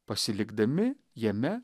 pasilikdami jame